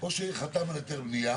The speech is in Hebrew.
או שחתם על היתר בנייה.